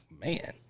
man